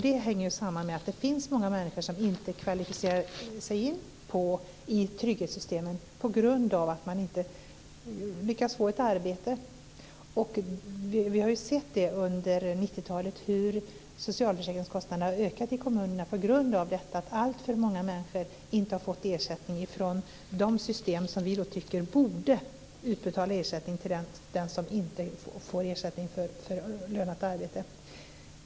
Det hänger samman med att det finns många människor som inte kvalificerar sig till trygghetssystemen på grund av de inte lyckas få ett arbete. Vi har sett under 90-talet hur socialförsäkringskostnaderna ökat i kommunerna på grund av att alltför många människor inte fått ersättning av de system som vi tycker borde utbetala ersättning till den som inte får avlönat arbete.